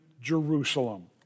Jerusalem